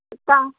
तो कम